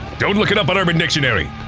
don't look it up on urban dictionary.